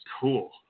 Cool